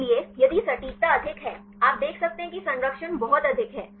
इसलिए यदि सटीकता अधिक है आप देख सकते हैं कि संरक्षण बहुत अधिक है